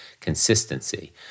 Consistency